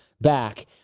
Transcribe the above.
back